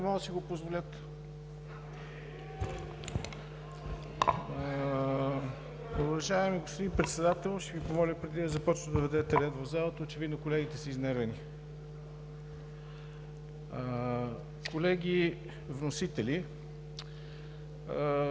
(Смях и оживление.) Уважаеми господин Председател, ще Ви помоля, преди да започна, да въведете ред в залата. Очевидно колегите са изнервени. Колеги вносители,